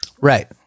right